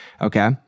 okay